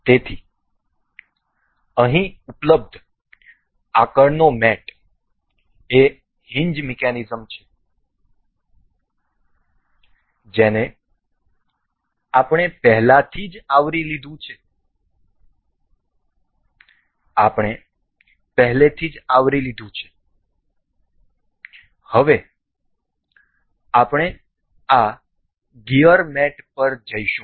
તેથી અહીં ઉપલબ્ધ આગળનો મેટ એ હિન્જ મિકેનિઝમ છે જેને આપણે પહેલાથી આવરી લીધું છે અમે પહેલેથી જ આવરી લીધું છે હવે અમે આ ગિયર મેટ પર જઈશું